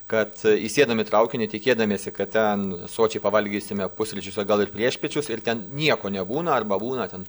kad įsėdam į traukinį tikėdamiesi kad ten sočiai pavalgysime pusryčius o gal ir priešpiečius ir ten nieko nebūna arba būna ten